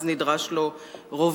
אז נדרש לו רוב